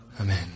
Amen